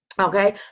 Okay